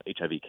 HIV